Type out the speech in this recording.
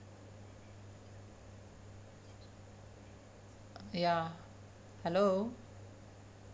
ya hello